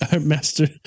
Master